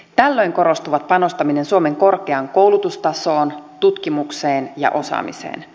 tällöin korostuvat panostaminen suomen korkeaan koulutustasoon tutkimukseen ja osaamiseen